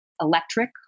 electric